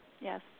Yes